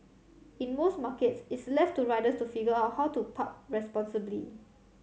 in most markets it's left to riders to figure out how to park responsibly